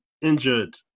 Injured